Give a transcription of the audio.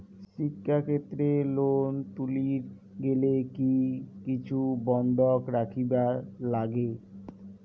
শিক্ষাক্ষেত্রে লোন তুলির গেলে কি কিছু বন্ধক রাখিবার লাগে?